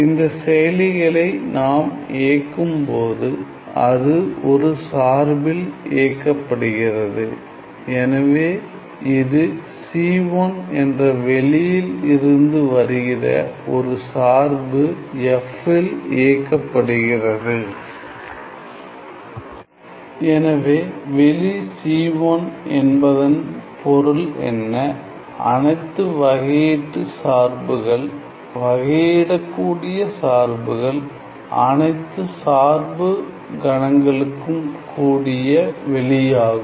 இந்த செயலிகளை நாம் இயக்கும்போது அது ஒரு சார்பில் இயக்கப்படுகிறது எனவே இது c 1 என்ற வெளியில் இருந்து வருகிற ஒரு சார்பு f இல் இயக்கப்படுகிறது எனவே வெளி c 1 என்பதன் பொருள் என்ன அனைத்து வகையீட்டு சார்புகள் வகையீடக்கூடிய சார்புகள் அனைத்து சார்பு கணங்களுக்கும் கூடிய வெளியாகும்